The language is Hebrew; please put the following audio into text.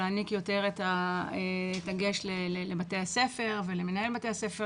להעניק יותר דגש לבתי הספר ולמנהלי בתי הספר.